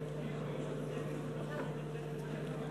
(חותם על ההצהרה)